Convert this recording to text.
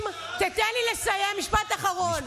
תן לי לסיים משפט אחרון.